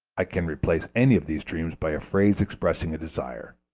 i can replace any of these dreams by a phrase expressing a desire.